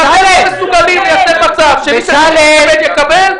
אם אתם לא מסוגלים ליצור מצב שמי שצריך לקבל יקבל,